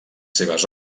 seves